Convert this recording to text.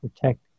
protect